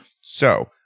So-